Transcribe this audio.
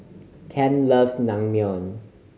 Kent loves Naengmyeon